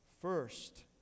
First